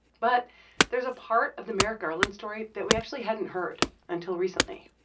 but there is a part of the merrick garland story that we actually hadn't heard until recently.